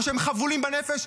או כשהם חבולים בנפש,